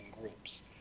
groups